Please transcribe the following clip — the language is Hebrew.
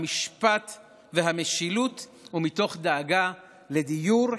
המשפט והמשילות ומתוך דאגה לדיור,